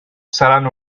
seran